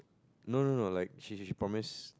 no no no like she she she promised